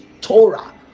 torah